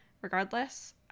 regardless